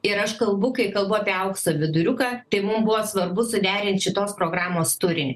ir aš kalbu kai kalbu apie aukso viduriuką tai mum buvo svarbu suderint šitos programos turinį